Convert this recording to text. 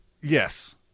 Yes